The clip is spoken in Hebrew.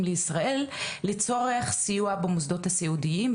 לישראל לצורך סיוע במוסדות הסיעודיים,